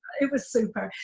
it was super!